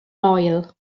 moel